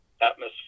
atmosphere